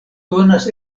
donas